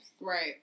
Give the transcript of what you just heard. Right